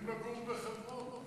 הם יכולים לגור בחברון.